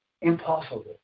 Impossible